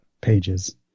pages